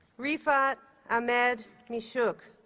refat ahmed mishuk,